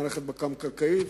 מערכת מכ"ם קרקעית,